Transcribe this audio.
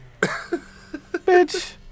Bitch